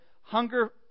hunger